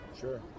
Sure